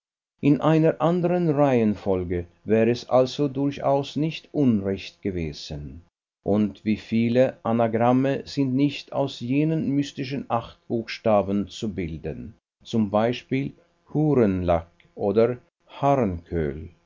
in einer andern reihenfolge wäre es also durchaus nicht unrecht gewesen und wie viele anagramme sind nicht aus jenen mystischen acht buchstaben zu bilden z b hurenlac oder